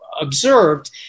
observed